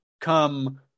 come